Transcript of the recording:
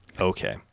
Okay